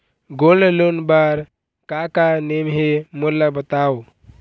Gold loan बार का का नेम हे, मोला बताव?